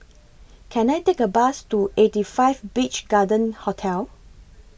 Can I Take A Bus to eighty five Beach Garden Hotel